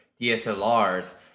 DSLRs